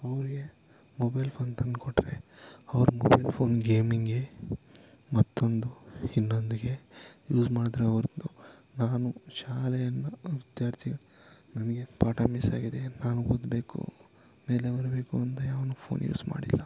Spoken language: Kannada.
ಅವ್ರಿಗೆ ಮೊಬೈಲ್ ಫೋನ್ ತನ್ಕೊಟ್ರೆ ಅವ್ರ ಮೊಬೈಲ್ ಫೋನ್ ಗೇಮಿಂಗೆ ಮತ್ತೊಂದು ಇನ್ನೊಂದ್ಗೆ ಯೂಸ್ ಮಾಡಿದ್ರೆ ಹೊರ್ತು ಓದಬೇಕು ಮೇಲೆ ಬರಬೇಕು ಅಂತ ಯಾವನೂ ಫೋನ್ ಯೂಸ್ ಮಾಡಿಲ್ಲ